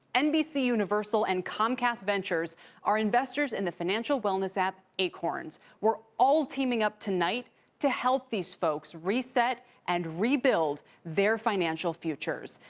nbc universal and comcast ventures are investors in the financial wellness app acorns. we're all teaming up tonight to help these folks reset and rebuild their financial futures.